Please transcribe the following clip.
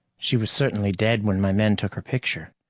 she was certainly dead when my men took her picture.